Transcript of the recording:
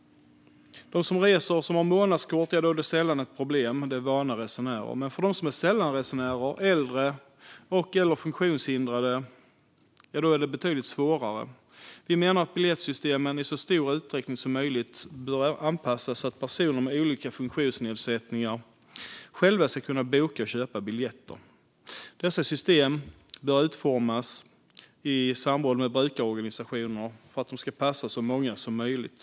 För de resvana med månadskort är det sällan problem, men för sällanresenärer, äldre och funktionshindrade är det svårare. Vi menar att biljettsystemen i så stor utsträckning som möjligt bör anpassas så att personer med olika funktionsnedsättningar själva ska kunna boka och köpa biljetter. Dessa system bör utformas i samråd med brukarorganisationer för att de ska passa så många som möjligt.